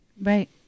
Right